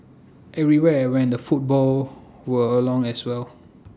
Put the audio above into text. everywhere I went the football were along as well